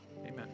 Amen